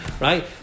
right